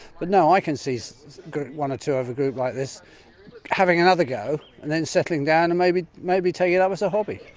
but no i can see one or two of a group like this having another go and then settling down and may be may be take it up as a hobby.